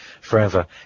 forever